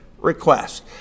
request